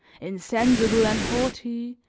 insensible and haughty,